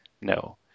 No